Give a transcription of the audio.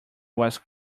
was